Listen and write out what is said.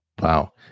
Wow